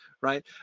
right